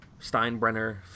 Steinbrenner